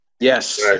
Yes